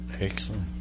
Excellent